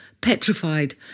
petrified